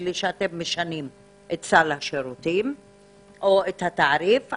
לי שאתם משנים את סל השירותים או את התעריף.